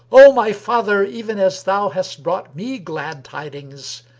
o my father, even as thou hast brought me glad tidings,